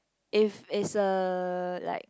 if it's a like